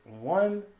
one